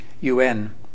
UN